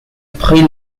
pris